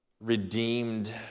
Redeemed